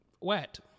wet